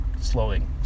slowing